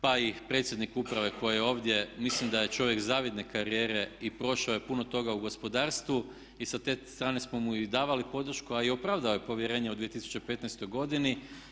Pa i predsjednik uprave koji je ovdje, mislim da je čovjek zavidne karijere i prošao je puno toga u gospodarstvu i sa te strane smo mu i davali podršku a i opravdao je povjerenje u 2015. godini.